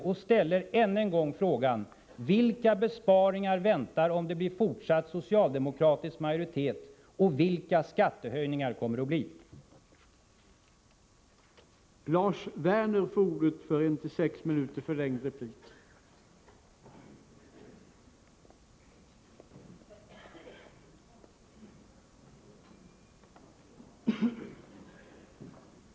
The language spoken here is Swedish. Jag ställer än en gång frågan: Vilka besparingar väntar om det blir fortsatt socialdemokratisk majoritet, och vilka skattehöjningar kommer det att bli?